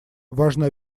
важно